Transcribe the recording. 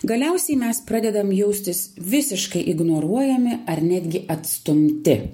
galiausiai mes pradedam jaustis visiškai ignoruojami ar netgi atstumti